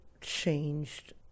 changed